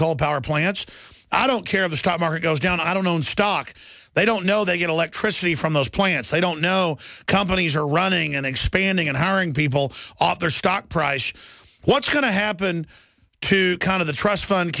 called power plants i don't care the stock market goes down i don't own stock they don't know they get electricity from those plants i don't know companies are running and expanding and hiring people off their stock price what's going to happen to kind of the trust fund